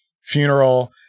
funeral